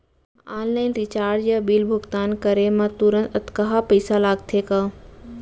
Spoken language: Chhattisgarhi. ऑनलाइन रिचार्ज या बिल भुगतान करे मा तुरंत अक्तहा पइसा लागथे का?